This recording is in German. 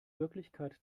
wirklichkeit